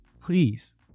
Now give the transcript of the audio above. please